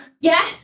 yes